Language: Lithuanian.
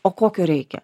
o kokio reikia